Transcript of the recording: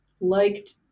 liked